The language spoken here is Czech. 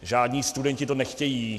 Žádní studenti to nechtějí.